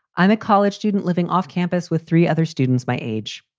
i'm a college student living off campus with three other students my age.